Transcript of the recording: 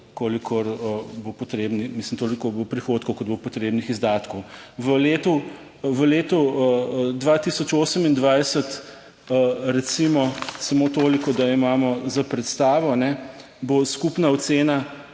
16.25 (nadaljevanje) toliko bo prihodkov, kot bo potrebnih izdatkov. V letu 2028 recimo, samo toliko, da imamo za predstavo, bo skupna ocena